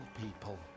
people